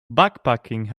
backpacking